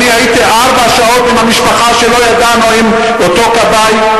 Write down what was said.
אני הייתי ארבע שעות עם המשפחה כשלא ידענו אם אותו כבאי,